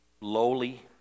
lowly